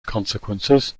consequences